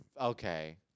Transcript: okay